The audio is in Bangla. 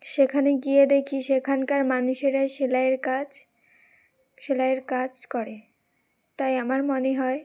সেখানে গিয়ে দেখি সেখানকার মানুষেরাই সেলাইয়ের কাজ সেলাইয়ের কাজ করে তাই আমার মনে হয়